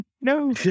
no